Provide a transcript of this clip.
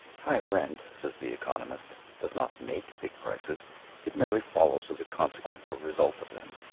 high rent, says the economist, does not make big prices it merely follows as a consequence or result of them.